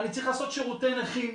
אני צריך לעשות שירותי נכים,